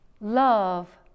love